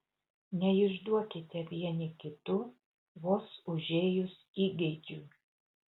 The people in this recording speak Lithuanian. neišduokite vieni kitų vos užėjus įgeidžiui